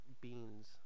beans